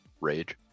Rage